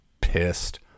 pissed